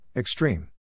Extreme